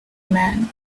man